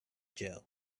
jell